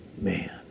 man